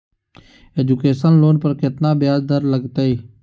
Education loan पर केतना ब्याज दर लगतई?